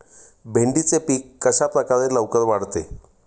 भेंडीचे पीक कशाप्रकारे लवकर वाढते?